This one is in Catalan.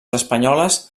espanyoles